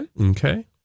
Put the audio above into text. okay